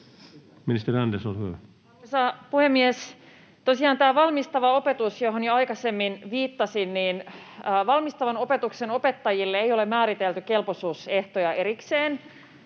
Content: Arvoisa puhemies! Tosiaan tästä valmistavasta opetuksesta, johon jo aikaisemmin viittasin: Valmistavan opetuksen opettajille ei ole määritelty kelpoisuusehtoja erikseen,